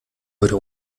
würde